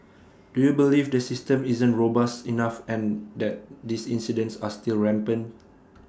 do you believe the system isn't robust enough and that these incidents are still rampant